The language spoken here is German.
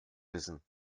wissen